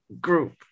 group